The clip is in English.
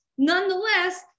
Nonetheless